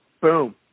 Boom